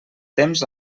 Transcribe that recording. temps